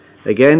Again